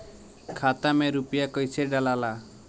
खाता में रूपया कैसे डालाला?